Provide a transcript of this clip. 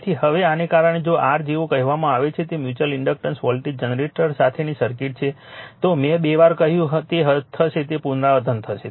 તેથી હવે આને કારણે જો r જેવો કહેવામાં આવે છે જે મ્યુચ્યુઅલ ઇન્ડક્ટન્સ વોલ્ટેજ જનરેટર સાથેની સર્કિટ છે તો મેં બે વાર કહ્યું તે થશે તે પુનરાવર્તિત થશે